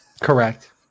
Correct